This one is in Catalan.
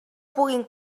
puguin